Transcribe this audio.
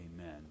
amen